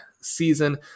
season